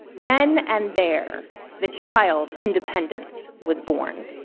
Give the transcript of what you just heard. then and there the child independence was born.